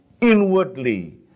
inwardly